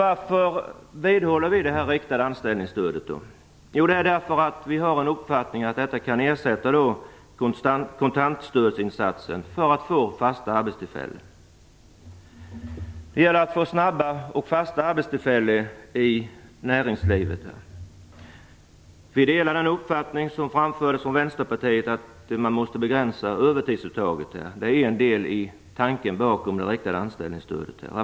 Varför vidhåller vi då förslaget om det riktade anställningsstödet? Det är därför att vi har den uppfattningen att det kan ersätta kontantstödsinsatser för att få fasta arbetstillfällen. Det gäller att snabbt få fram fasta arbetstillfällen i näringslivet. Vi delar den uppfattning som framfördes från Vänsterpartiet, att man måste begränsa övertidsuttaget. Det är en del av tanken bakom det riktade anställningsstödet.